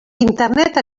internet